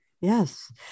Yes